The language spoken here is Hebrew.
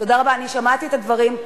תודה רבה, אני שמעתי את הדברים.